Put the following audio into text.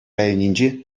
районӗнчи